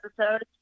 episode